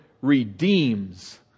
redeems